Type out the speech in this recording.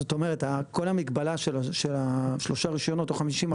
זאת אומרת כל המגבלה של שלושה רישיונות או 50%